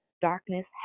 darkness